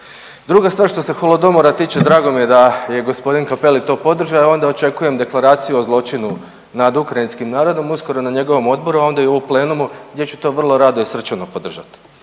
Druga stvar što Holodomora tiče drago mi je da je gospodin Cappelli to podržao i onda očekujem deklaraciju o zločinu nad ukrajinskim narodom uskoro na njegovom odboru, a ona i u plenumu gdje ću to vrlo rado i srčano podržati.